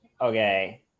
Okay